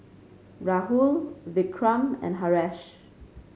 Rahul Vikram and Haresh